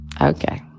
Okay